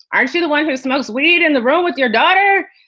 aren't she the one who smokes weed in the room with your daughter?